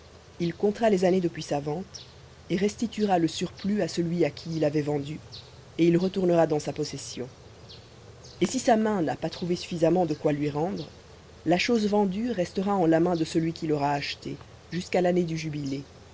il comptera les années depuis sa vente et restituera le surplus à celui à qui il avait vendu et il retournera dans sa possession et si sa main n'a pas trouvé suffisamment de quoi lui rendre la chose vendue restera en la main de celui qui l'aura achetée jusqu'à l'année du jubilé